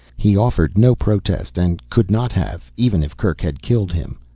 he offered no protest and could not have even if kerk had killed him.